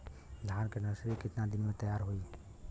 धान के नर्सरी कितना दिन में तैयार होई?